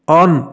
on